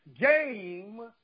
game